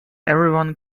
everyone